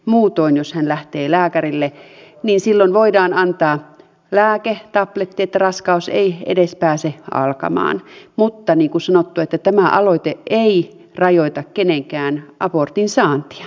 muutoin jos hän lähtee lääkärille niin silloin voidaan antaa lääke tabletti että raskaus ei pääse edes alkamaan mutta niin kuin sanottu tämä aloite ei rajoita kenenkään abortin saantia